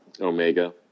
Omega